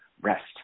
rest